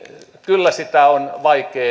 kyllä sitä on vaikea